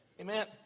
Amen